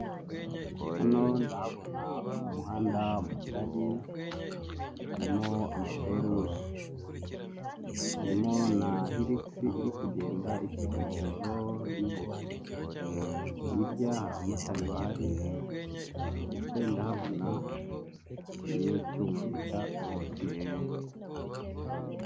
Hano ndahabona umuhanda mugari, harimo ama feruje, harimo na hirigisi iri kugenda ifite karisoro y'ubururu. Hirya hari abamotari bahari, ndetse ndahabona n'icyuma bita sofiya.